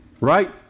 Right